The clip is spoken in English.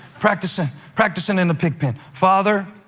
practicing practicing in the pigpen. father,